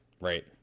Right